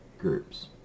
groups